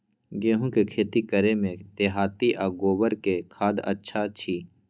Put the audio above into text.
गेहूं के खेती करे में देहाती आ गोबर के खाद अच्छा छी?